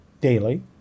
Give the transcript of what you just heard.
daily